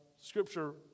Scripture